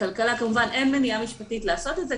אין מניעה משפטית לעשות את זה,